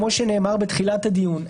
כמו שנאמר בתחילת הדיון,